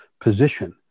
position